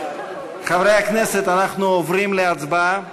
חברי הכנסת, אנחנו עוברים להצבעה על